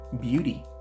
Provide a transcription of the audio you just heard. beauty